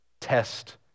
test